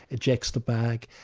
it checks the bag,